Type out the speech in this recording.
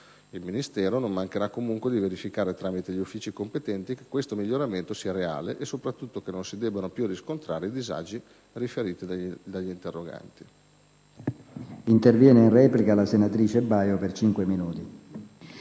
economico non mancherà comunque di verificare, tramite gli uffici competenti, che tale miglioramento sia reale e soprattutto che non si debbano più riscontrare i disagi riferiti dagli interroganti.